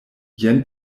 jen